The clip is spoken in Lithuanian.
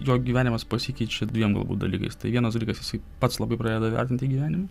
jo gyvenimas pasikeičia dviem dalykais tai vienas dalykas jisai pats labai pradeda vertinti gyvenimą